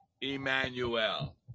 Emmanuel